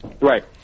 Right